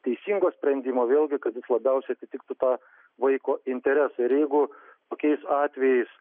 teisingo sprendimo vėlgi kad jis labiausiai atitiktų tą vaiko interesą ir jeigu tokiais atvejais